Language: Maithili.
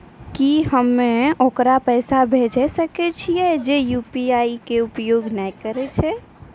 की हम्मय ओकरा पैसा भेजै सकय छियै जे यु.पी.आई के उपयोग नए करे छै?